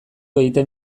egiten